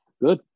Good